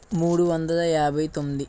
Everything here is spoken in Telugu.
మూడు వందల యాభై తొమ్మిది